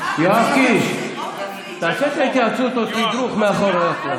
יואב קיש, תעשה את ההתייעצות או את התדרוך מאחור.